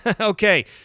Okay